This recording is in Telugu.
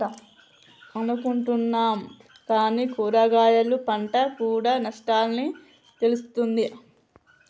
అనుకుంటున్నాం కానీ కూరగాయలు పంట కూడా నష్టాల్ని తెస్తుంది